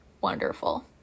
wonderful